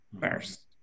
first